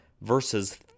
versus